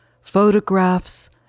photographs